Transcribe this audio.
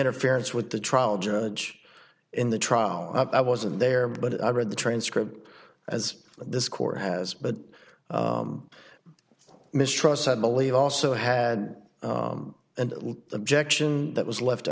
interference with the trial judge in the trial i wasn't there but i read the transcript as this court has but mistrusts i believe also had an objection that was left